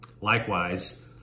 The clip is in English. Likewise